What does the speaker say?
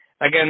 Again